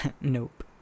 Nope